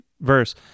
verse